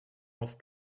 off